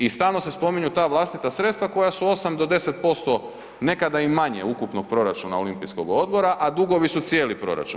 I stalo se spominju ta vlastita sredstva koja su 8 do 10% nekada i manje ukupnog proračuna olimpijskog odbora, a dugovi su cijeli proračun.